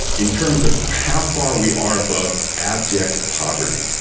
in terms of how far we are above abject poverty.